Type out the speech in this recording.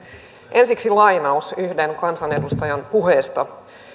ensiksi lainaus yhden kansanedustajan puheesta